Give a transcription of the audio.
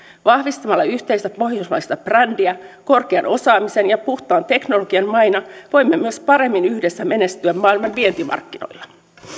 vahvistamalla yhteistä pohjoismaista brändiä korkean osaamisen ja puhtaan teknologian maina voimme myös paremmin yhdessä menestyä maailman vientimarkkinoilla